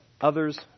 others